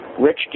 Rich